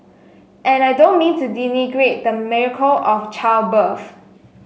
and I don't mean to denigrate the miracle of childbirth